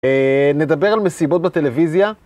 נדבר על מסיבות בטלוויזיה.